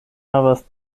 havas